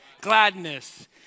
Gladness